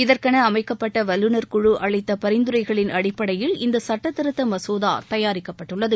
இதற்கென அமைக்கப்பட்ட வல்லுநர் குழு அளித்த பரிந்துரைகளின் அடிப்படையில் இந்த சுட்டத்திருத்த மசோதா தயாரிக்கப்பட்டுள்ளது